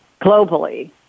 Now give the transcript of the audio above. globally